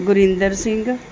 Gurinder Singh